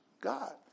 God